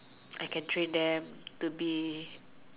I can train them to be